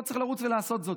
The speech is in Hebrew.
לא צריך לרוץ ולעשות זאת.